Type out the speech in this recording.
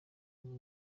b’u